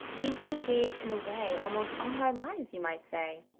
we'd been engaged in a way almost all our lives, you might say.